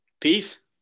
Peace